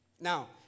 Now